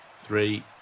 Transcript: Three